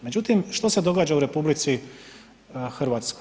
Međutim, što se događa u RH?